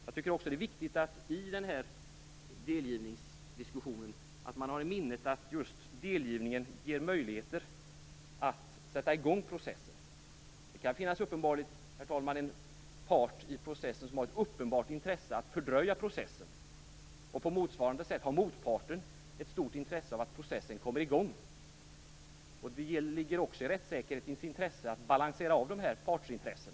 Jag tycker också att det är viktigt att man i denna delgivningsdiskussion har i minnet att just delgivningen ger möjligheter att sätta igång processen. Det kan, herr talman, finnas en part i processen som har ett uppenbart intresse av att fördröja processen. På motsvarande sätt har motparten ett stort intresse av att processen kommer igång. Det ligger också i rättssäkerhetens intresse att balansera dessa partsintressen.